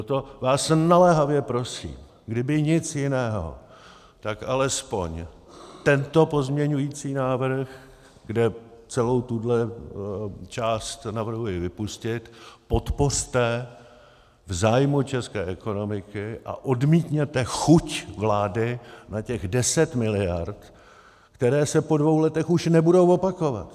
Proto vás naléhavě prosím, kdyby nic jiného, tak alespoň tento pozměňovací návrh, kde celou tuhle část navrhuji vypustit, podpořte v zájmu české ekonomiky a odmítněte chuť vlády na těch 10 mld., které se po dvou letech už nebudou opakovat.